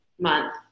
month